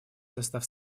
состав